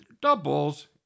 doubles